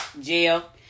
Jail